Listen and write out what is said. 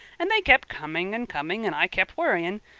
and they kep' coming and coming, and i kep' worrying.